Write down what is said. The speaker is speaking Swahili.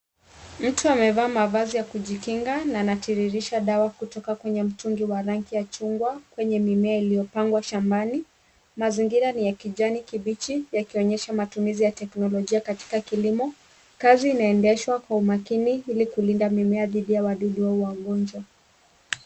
Mtu amevaa mavazi ya kujikinga na anatiririsha dawa kutoka kwenye mtungi wa rangi ya chungwa kwenye mimea iliyopandwa shambani. Mazingira ni ya kijani kibichi yakionyesha matumizi ya teknolojia katika kilimo. Kazi inaendeshwa kwa umakini ili kulinda mimea dhidi ya wadudu hawa wagonjwa.